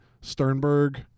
sternberg